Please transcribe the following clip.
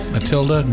Matilda